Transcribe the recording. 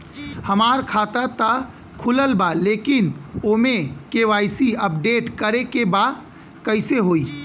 हमार खाता ता खुलल बा लेकिन ओमे के.वाइ.सी अपडेट करे के बा कइसे होई?